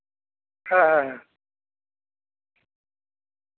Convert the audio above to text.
ᱦᱮᱸ ᱦᱮᱸ ᱦᱮᱸ